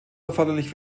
erforderlich